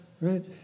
Right